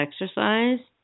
exercise